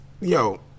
yo